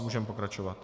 Můžeme pokračovat.